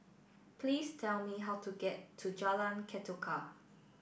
please tell me how to get to Jalan Ketuka